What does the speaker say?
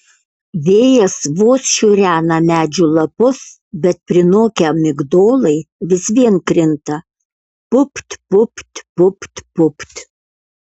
vėjas vos šiurena medžių lapus bet prinokę migdolai vis vien krinta pupt pupt pupt pupt